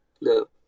No